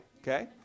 okay